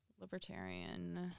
libertarian